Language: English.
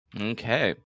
Okay